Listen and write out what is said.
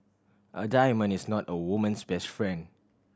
a diamond is not a woman's best friend